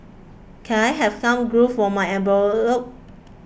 can I have some glue for my envelopes